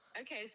Okay